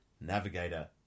Navigator